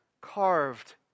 carved